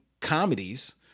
comedies